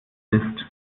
bist